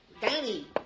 Danny